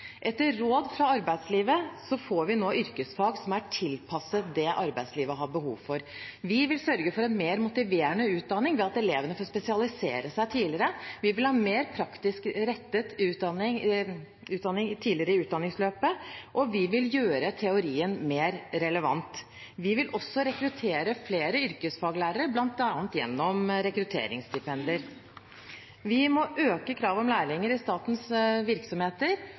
Etter råd fra arbeidslivet får vi nå yrkesfag som er tilpasset det arbeidslivet har behov for. Vi vil sørge for en mer motiverende utdanning, ved at elevene får spesialisere seg tidligere. Vi vil ha mer praktisk rettet utdanning tidligere i utdanningsløpet, og vi vil gjøre teorien mer relevant. Vi vil også rekruttere flere yrkesfaglærere, bl.a. gjennom rekrutteringsstipender. Vi må øke kravet om lærlinger i statens virksomheter,